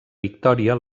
victòria